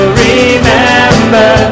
remember